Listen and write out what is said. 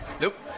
Nope